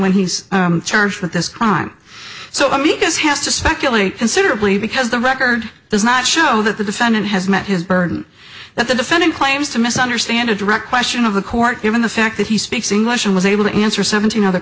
when he's charged with this crime so i mean this has to speculate considerably because the record does not show that the defendant has met his burden that the defendant claims to misunderstand a direct question of the court given the fact that he speaks english and was able to answer seventeen other